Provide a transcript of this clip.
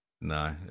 No